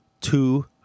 two